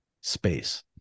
space